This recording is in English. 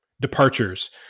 departures